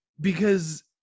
because-